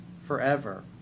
forever